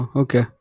okay